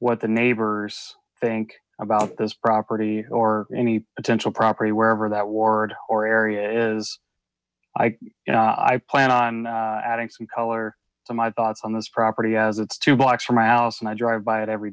what the neighbors think about this property or any potential property wherever that ward or area is i know i plan on adding some color to my thoughts on this property as it's two blocks from my house and i drive by it every